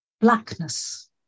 blackness